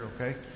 okay